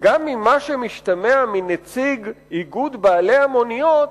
"גם ממה שמשתמע מדברי נציג איגוד בעלי המוניות,